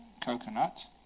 coconut